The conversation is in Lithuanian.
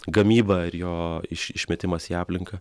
gamyba ir jo iš išmetimas į aplinką